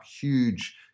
huge